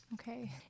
Okay